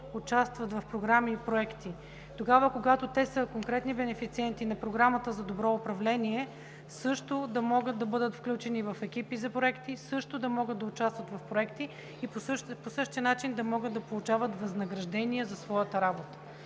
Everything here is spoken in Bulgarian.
участват в програми и проекти, когато са конкретни бенефициенти по Програма „Добро управление“, също да могат да бъдат включени в екипи за проекти, също да могат да участват в проекти и по същия начин да могат да получават възнаграждения за своята работа.